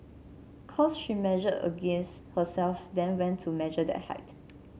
cos she measured against herself then went to measure that height